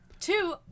Two